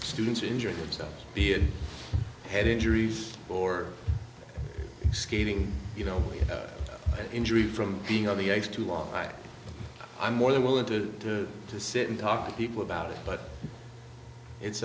students injuring themselves be it head injuries or skating you know injury from being on the ice too long i'm more than willing to do to sit and talk to people about it but it's